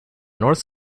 north